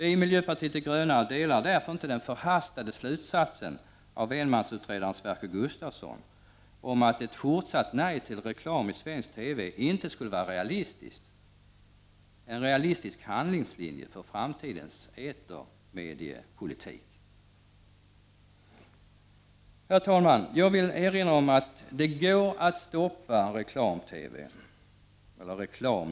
Vi i miljöpartiet de gröna delar därför inte den förhastade slutsatsen av enmansutredaren Sverker Gustavsson om att ett fortsatt nej till reklam i svensk TV inte skulle vara realistisk handlingslinje för framtidens etermediepolitik. Herr talman! Jag vill erinra om att det går att stoppa reklam i TV.